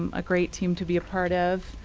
um a great team to be a part of.